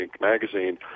magazine